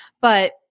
but-